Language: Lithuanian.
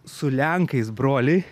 su lenkais broliai